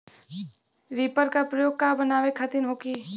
Reaper का प्रयोग का बनावे खातिन होखि?